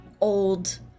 old